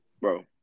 Bro